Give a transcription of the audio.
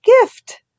gift